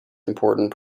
important